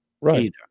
Right